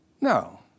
No